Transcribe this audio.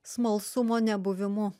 smalsumo nebuvimu